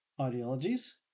ideologies